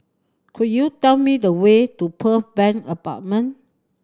could you tell me the way to Pearl Bank Apartment